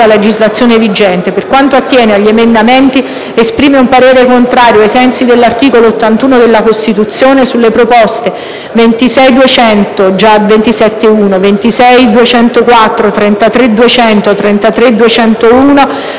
legislazione vigente. Per quanto attiene agli emendamenti, esprime parere contrario, ai sensi dell'articolo 81 della Costituzione, sulle proposte 26.200 (già 27.1), 26.204 (già 27.10), 33.200